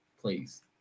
please